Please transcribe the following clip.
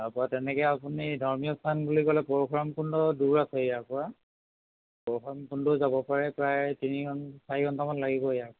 তাৰপৰা তেনেকৈ আপুনি ধৰ্মীয় স্থান বুলি ক'লে পৰশুৰাম কুণ্ড দূৰ আছে ইয়াৰপৰা পৰশুৰাম কুণ্ডও যাব পাৰে প্ৰায় তিনি ঘণ্ চাৰি ঘণ্টামান লাগিব ইয়াৰ পৰা